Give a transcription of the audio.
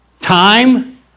Time